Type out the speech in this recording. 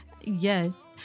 Yes